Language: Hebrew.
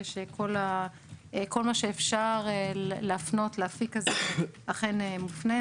שכל מה שאפשר להפנות לאפיק הזה אכן מופנה.